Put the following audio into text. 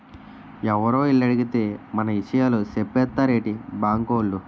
ఎవరో ఎల్లి అడిగేత్తే మన ఇసయాలు సెప్పేత్తారేటి బాంకోలు?